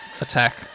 attack